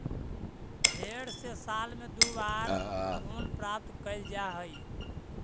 भेंड से साल में दो बार ऊन प्राप्त कैल जा हइ